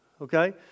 Okay